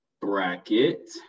bracket